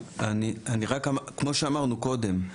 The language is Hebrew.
כמו שאמרנו קודם,